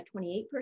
28%